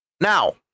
Now